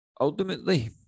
ultimately